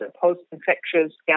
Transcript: post-infectious